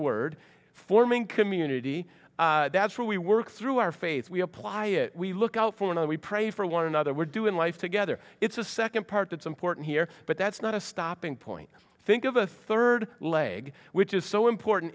word forming community that's where we work through our faith we apply it we look out for and we pray for one another we're doing life together it's a second part that's important here but that's not a stopping point i think of a third leg which is so important